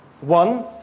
One